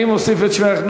אני מוסיף את שמך.